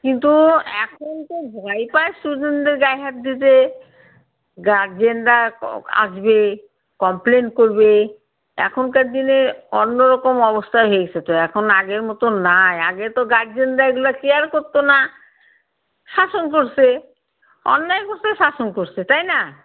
কিন্তু এখন তো ভয় পায় স্টুডেন্টদের গায়ে হাত দিতে গার্জেনরা আসবে কমপ্লেন করবে এখনকার দিনে অন্য রকম অবস্থা হয়ে গেছে তো এখন আগের মতো নাই আগে তো গার্জেনরা এগুলো কেয়ার করতো না শাসন করসে অন্যায় করছে শাসন করসে তাই না